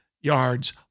yards